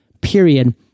period